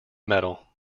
medal